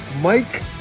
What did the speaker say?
Mike